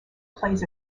plays